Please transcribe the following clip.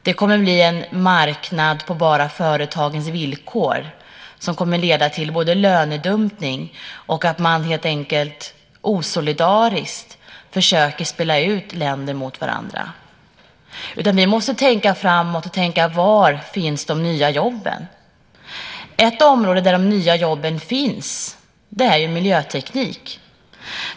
Det kommer att bli en marknad på bara företagens villkor, och det kommer att leda till både lönedumpning och att man helt enkelt osolidariskt försöker spela ut länder mot varandra. Vi måste tänka framåt och tänka: Var finns de nya jobben? Ett område där de nya jobben finns är miljöteknik.